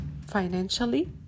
financially